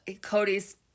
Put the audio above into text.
Cody's